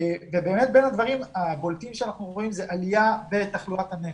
ובאמת בין הדברים הבולטים שאנחנו רואים זאת עלייה בתחלואת הנפש,